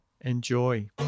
enjoy